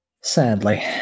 Sadly